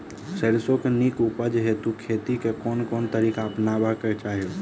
सैरसो केँ नीक उपज हेतु खेती केँ केँ तरीका अपनेबाक चाहि?